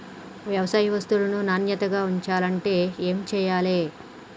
వ్యవసాయ వస్తువులను నాణ్యతగా ఉంచాలంటే ఏమి చెయ్యాలే?